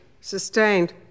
Sustained